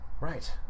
Right